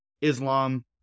Islam